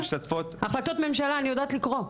החלטות ממשלה אני יודעת לקרוא.